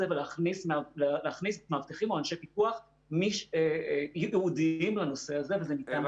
ולהכניס מאבטחים או אנשים פיקוח ייעודיים לנושא הזה ואת זה ניתן לעשות.